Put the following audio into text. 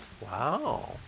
Wow